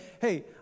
Hey